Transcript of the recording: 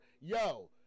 Yo